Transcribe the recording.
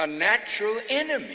a natural enemy